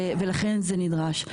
ולכן זה נדרש.